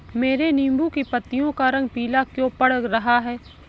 मेरे नींबू की पत्तियों का रंग पीला क्यो पड़ रहा है?